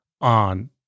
on